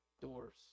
doors